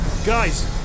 Guys